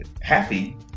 happy